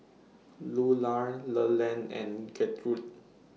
Lular Leland and Gertrude